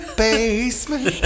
basement